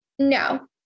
no